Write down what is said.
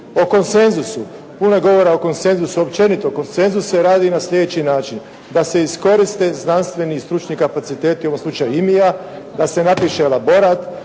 iskoristi. Puno govora o konsenzusu, općenito konsenzus se radi na sljedeći način. Da se iskoriste stručni i znanstveni kapaciteti u ovom slučaju IMIA , da se napiše elaborat,